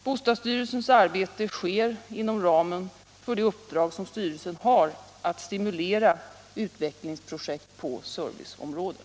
Bostadsstyrelsens arbete sker inom ramen för det uppdrag som styrelsen har att stimulera utvecklingsprojekt på serviceområdet.